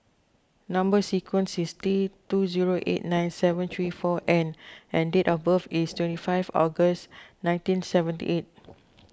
Number Sequence is T two zero eight nine seven three four N and date of birth is twenty five August nineteen seventy eight